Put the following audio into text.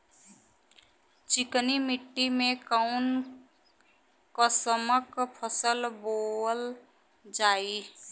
चिकनी मिट्टी में कऊन कसमक फसल बोवल जाई?